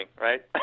right